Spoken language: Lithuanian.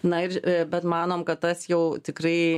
na ir bet manom kad tas jau tikrai